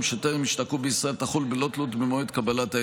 שטרם השתקעו בישראל תחול בלי תלות במועד קבלת האזרחות.